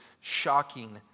shocking